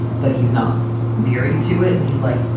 but he's not married to it. and he's like,